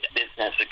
business